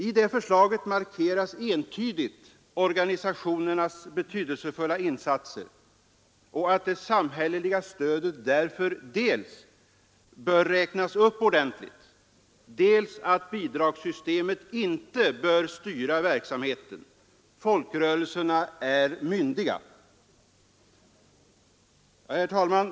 I det förslaget markeras entydigt organisationernas betydelsefulla insatser, och det framhålles dels att samhällsstödet bör räknas upp ordentligt, dels att bidragssystemet inte bör styra verksamheten. Folkrörelserna är myndiga! Herr talman!